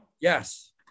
yes